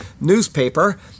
newspaper